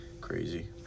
crazy